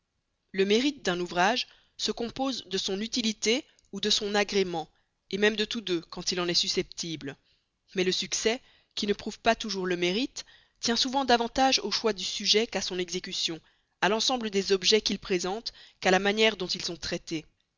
le mérite d'un ouvrage se compose de son utilité ou de son agrément même de tous deux quand il en est susceptible mais le succès qui ne prouve pas toujours le mérite tient souvent davantage au choix du sujet qu'à son exécution à l'ensemble des objets qu'il présente qu'à la manière dont ils sont traités